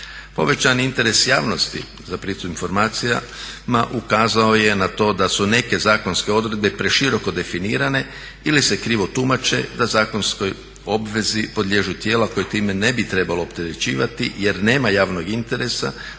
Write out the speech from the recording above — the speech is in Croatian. Povećani interes javnosti za pristup informacijama ukazao je na to da su neke zakonske odredbe preširoko definirane ili se krivo tumače da zakonskoj obvezi podliježu tijela koje time ne bi trebalo opterećivati jer nema javnog interesa,